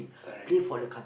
correct